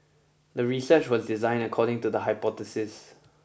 the research was designed according to the hypothesis